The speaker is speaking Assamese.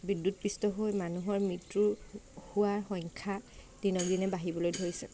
বিদ্যুৎপৃষ্ট হৈ মানুহৰ মৃত্যু হোৱা সংখ্যা দিনকদিনে বাঢ়িবলৈ লৈছে